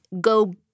go